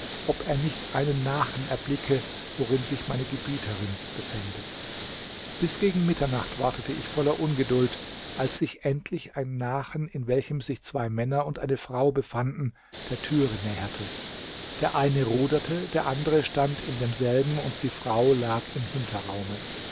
ob er nicht eine nachen erblicke worin sich meine gebieterin befände bis gegen mitternacht wartete ich voller ungeduld als sich endlich ein nachen in welchem sich zwei männer und eine frau befanden der türe näherte der eine ruderte der andere stand in demselben und die frau lag im hinterraume